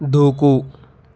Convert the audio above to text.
దూకు